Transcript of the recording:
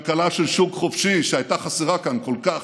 כלכלה של שוק חופשי, שהייתה חסרה כאן כל כך.